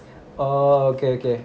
oh okay okay